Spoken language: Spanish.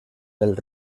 del